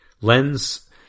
lens